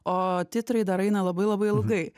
o titrai dar eina labai labai ilgai